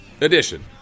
edition